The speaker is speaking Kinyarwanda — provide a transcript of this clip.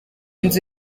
nzu